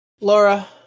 Laura